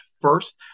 first